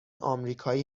آمریکایی